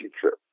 trip